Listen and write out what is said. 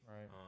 Right